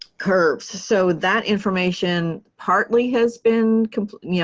curves. so that information, partly has been completed, you know,